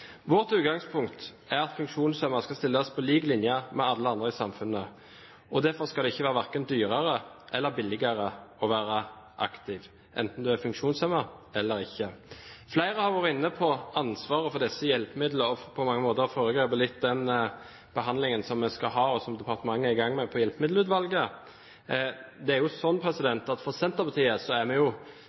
Vårt utgangspunkt er at funksjonshemmede skal stilles på lik linje med alle andre i samfunnet, og derfor skal det ikke være verken dyrere eller billigere å være aktiv om du er funksjonshemmet. Flere har vært inne på ansvaret for disse hjelpemidlene og på mange måter foregrepet litt den behandlingen som vi skal ha, og som departementet er i gang med når det gjelder Hjelpemiddelutvalget. Senterpartiet er jo tradisjonelt ikke veldig redd for å legge nye oppgaver til kommunene hvis vi